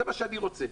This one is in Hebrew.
זה מה שאני רוצה.